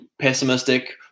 pessimistic